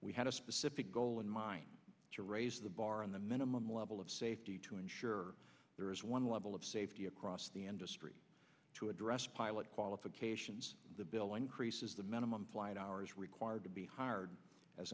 we had a specific goal in mind to raise the bar on the minimum level of safety to ensure there is one level of safety across the industry to address pilot qualifications the bill increases the minimum flight hours required to be hired as